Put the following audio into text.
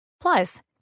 Plus